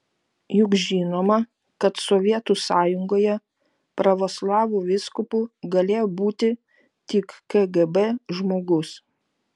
juk žinoma kad sovietų sąjungoje pravoslavų vyskupu galėjo būti tik kgb žmogus